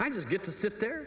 i just get to sit there